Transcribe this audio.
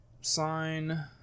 sign